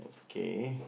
okay